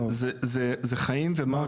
זה חיים ומוות.